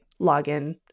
login